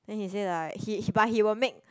then he say like he he but he will make